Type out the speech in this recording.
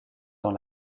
dans